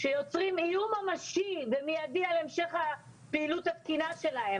שיוצר איום ממשי ומיידי על המשך הפעילות התקינה שלהם.